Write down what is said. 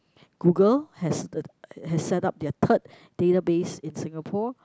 Google has the has setup their third database in Singapore